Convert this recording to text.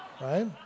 Right